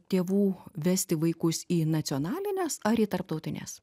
tėvų vesti vaikus į nacionalines ar į tarptautines